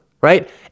right